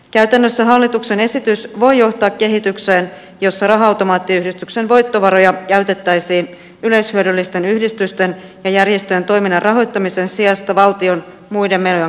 käytännössä hallituksen esitys voi johtaa kehitykseen jossa raha automaattiyhdistyksen voittovaroja käytettäisiin yleishyödyllisten yhdistysten ja järjestöjen toiminnan rahoittamisen sijasta valtion muiden menojen kattamiseen